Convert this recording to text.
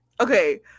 Okay